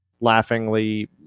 laughingly